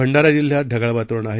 भंडाराजिल्ह्यातढगाळवातावरणआहे